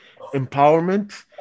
empowerment